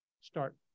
start